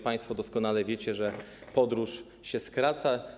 Państwo doskonale wiecie, że czas podróży się skraca.